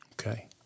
Okay